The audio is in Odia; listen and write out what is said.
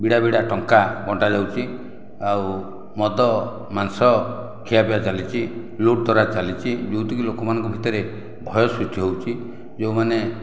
ବିଡ଼ା ବିଡ଼ା ଟଙ୍କା ବଣ୍ଟାଯାଉଛି ଆଉ ମଦ ମାଂସ ଖିଆପିଆ ଚାଲିଛି ଲୁଟ୍ତରା ଚାଲିଛି ଯେଉଁଟିକି ଲୋକମାନଙ୍କ ଭିତରେ ଭୟ ସୃଷ୍ଟି ହେଉଛି ଯେଉଁମାନେ